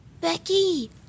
Becky